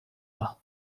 vingt